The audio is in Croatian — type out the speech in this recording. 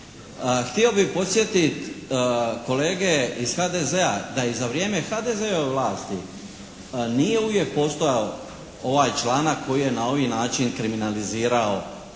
Htio bih podsjetiti kolege iz HDZ-a da i za vrijeme HDZ-ove vlasti nije uvijek postojao ovaj članak koji je na ovaj način kriminalizirao